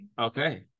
Okay